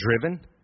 driven